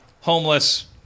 homeless